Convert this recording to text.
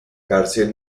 cárcel